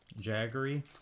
Jaggery